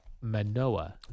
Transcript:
Manoa